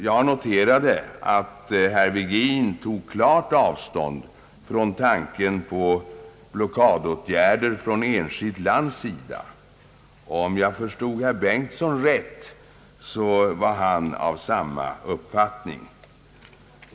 Jag noterade att herr Virgin klart tog avstånd från tanken på blockadåtgärder från enskilt lands sida. Och om jag förstod herr Bengtson rätt var han av samma uppfattning.